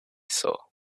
saw